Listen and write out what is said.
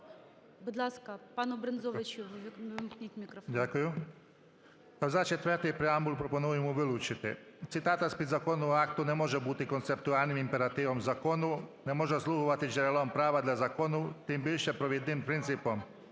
Будь ласка, пануБрензовичу ввімкніть мікрофон. 13:08:59 БРЕНЗОВИЧ В.І. Дякую. Абзац четвертий преамбули пропонуємо вилучити. Цитата з підзаконного акту не може бути концептуальним імперативом закону, не може слугувати джерелом права для закону, тим більше провідним принципом,